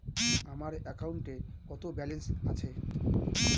আমার অ্যাকাউন্টে কত ব্যালেন্স আছে?